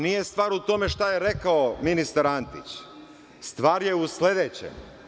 Nije stvar u tome šta je rekao ministar Antić, stvar je u sledećem.